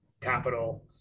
capital